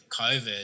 COVID